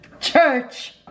church